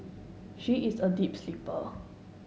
she is a deep sleeper